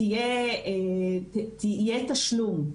יהיה תשלום,